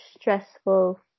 stressful